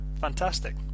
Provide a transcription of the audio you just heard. fantastic